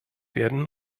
werden